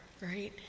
right